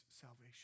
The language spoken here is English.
salvation